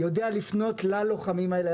יודע לפנות ללוחמים האלה.